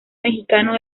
mexicano